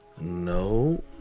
No